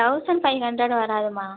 thousand five hundred வராதும்மா